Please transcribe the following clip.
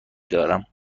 دارم